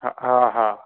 हा हा